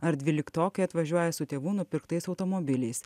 ar dvyliktokai atvažiuoja su tėvų nupirktais automobiliais